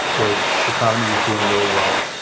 the economy was doing really well.